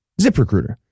ZipRecruiter